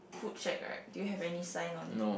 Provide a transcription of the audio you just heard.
food shack right do you have any sign on it